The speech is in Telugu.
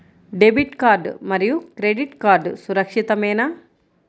డెబిట్ కార్డ్ మరియు క్రెడిట్ కార్డ్ సురక్షితమేనా?